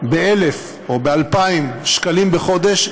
ב-1,000 או ב-2,000 שקלים בחודש,